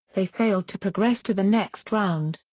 they failed to progress to the next round.